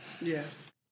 Yes